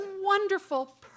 wonderful